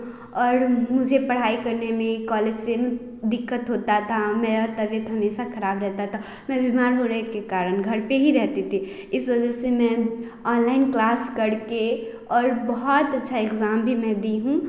और मुझे पढ़ाई करने में कॉलेज से दिक्कत होता था मेरा तबियत हमेशा खराब रहता है मेरे बीमार होने के कारण घर पर ही रहती थी इस वजह से मैं ऑनलाइन क्लास करके और बहुत अच्छा एग्जाम भी मैं दी हूँ